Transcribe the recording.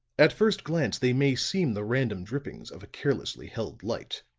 at first glance they may seem the random drippings of a carelessly held light.